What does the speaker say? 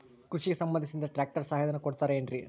ಕೃಷಿಗೆ ಸಂಬಂಧಿಸಿದಂತೆ ಟ್ರ್ಯಾಕ್ಟರ್ ಸಹಾಯಧನ ಕೊಡುತ್ತಾರೆ ಏನ್ರಿ?